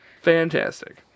Fantastic